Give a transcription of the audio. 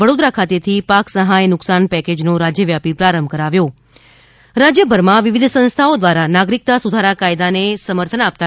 વડોદરા ખાતેથી પાક સહાય નુકસાન પેકેજનો રાજવ્યાપી પ્રારંભ કરાવ્યો રાજયભરમાં વિવિધ સંસ્થાઓ દ્વારા નાગરિકતા સુધારા કાયદાને સમર્થન આપતા